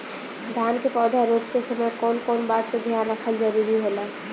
धान के पौधा रोप के समय कउन कउन बात के ध्यान रखल जरूरी होला?